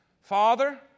Father